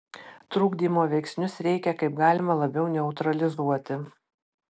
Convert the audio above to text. trukdymo veiksnius reikia kaip galima labiau neutralizuoti